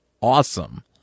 awesome